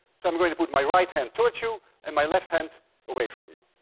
so i'm going to put my right hand towards you and my left hand away from you.